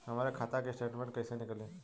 हमरे खाता के स्टेटमेंट कइसे निकली?